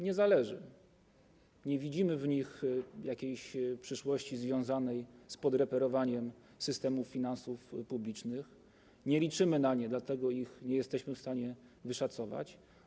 Nie widzimy w nich jakiejś przyszłości związanej z podreperowaniem systemu finansów publicznych, nie liczymy na nie, dlatego nie jesteśmy w stanie ich wyszacować.